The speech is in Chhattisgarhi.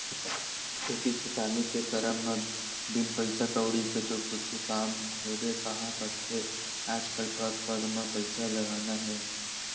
खेती किसानी के करब म बिन पइसा कउड़ी के तो कुछु काम होबे काँहा करथे आजकल पग पग म पइसा लगना हे